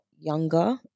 younger